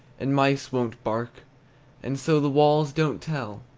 and mice won't bark and so the walls don't tell,